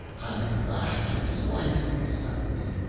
having vastly delighted the assembly,